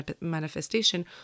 manifestation